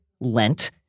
lent